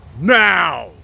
now